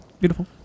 beautiful